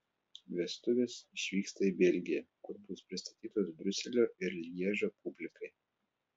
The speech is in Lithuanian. vestuvės išvyksta į belgiją kur bus pristatytos briuselio ir lježo publikai